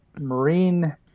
Marine